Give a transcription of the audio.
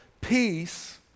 peace